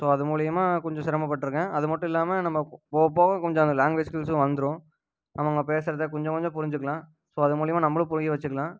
so அது மூலிமா கொஞ்சம் சிரமப்பட்டிருக்கேன் அது மட்டும் இல்லாமல் நம்ம போக போக கொஞ்சம் அந்த லாங்குவேஜ் ஸ்கில்ஸும் வந்துடும் அவங்க பேசுகிறத கொஞ்சம் கொஞ்சம் புரிஞ்சுக்கிலாம் ஸோ அது மூலிமா நம்மளும் புரிய வச்சுக்கிலாம்